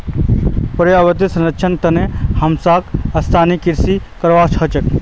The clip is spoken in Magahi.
पर्यावन संरक्षनेर तने हमसाक स्थायी कृषि करवा ह तोक